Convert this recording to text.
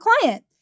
client